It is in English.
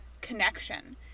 connection